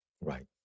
Right